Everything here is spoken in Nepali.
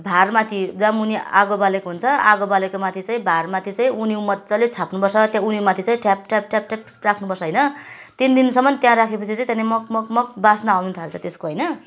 भारमाथि जहाँ मुनि आगो बालेको हुन्छ आगो बालेको माथि चाहिँ भारमाथि चाहिँ उनिउँ मज्जाले छाप्नुपर्छ त्यो उनिउँमाथि चैँ ठ्याप ठ्याप ठ्याप ठ्याप राख्नुपर्छ होइन तिन दिनसम्म त्यहाँ राखेपछि चाहिँ त्यहाँदेखि मग् मग् मग् वास्ना आउनु थाल्छ त्यसको हैन